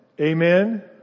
amen